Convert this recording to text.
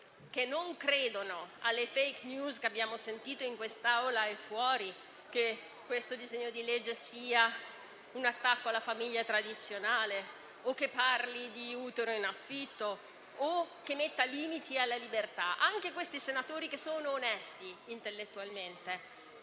che non credono alle *fake news* che abbiamo sentito in quest'Aula e fuori, che questo disegno di legge sia un attacco alla famiglia tradizionale, che parli di utero in affitto o metta limiti alla libertà, anche se sono onesti intellettualmente,